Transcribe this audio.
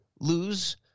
lose